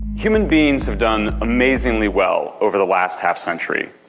human beings have done amazingly well over the last half century.